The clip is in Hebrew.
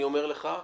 אני אומר לך,